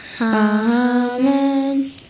Amen